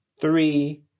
three